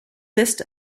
list